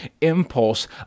impulse